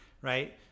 right